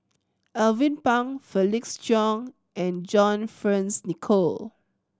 Alvin Pang Felix Cheong and John Fearns Nicoll